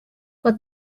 let